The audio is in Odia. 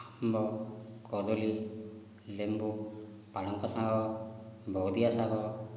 ଆମ୍ବ କଦଳୀ ଲେମ୍ବୁ ପାଳଙ୍ଗ ଶାଗ ବଉଦିଆ ଶାଗ